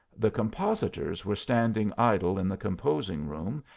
the compositors were standing idle in the composing-room,